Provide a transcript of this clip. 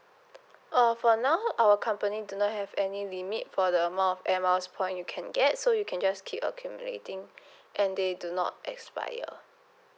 uh for now our company do not have any limit for the amount of air miles point you can get so you can just keep accumulating and they do not expire